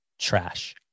trash